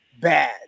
bad